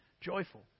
joyful